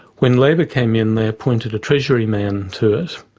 when labor came in, they appointed a treasury man to it,